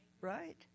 right